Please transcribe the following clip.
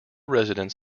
residents